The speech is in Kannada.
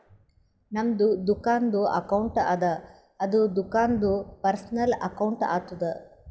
ನಮ್ದು ದುಕಾನ್ದು ಅಕೌಂಟ್ ಅದ ಅದು ದುಕಾಂದು ಪರ್ಸನಲ್ ಅಕೌಂಟ್ ಆತುದ